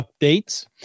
updates